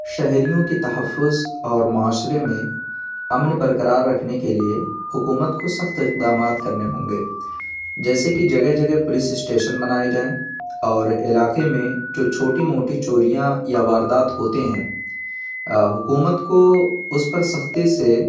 شہریوں کی تحفظ اور معاشرے میں امن برقرار رکھنے کے لیے حکومت کو سخت اقدامات کرنے ہوں گے جیسے کہ جگہ جگہ پولیس اسٹیشن بنائے جائیں اور علاقے میں جو چھوٹی موٹی چوریاں یا واردات ہوتے ہیں حکومت کو اس پر سختی سے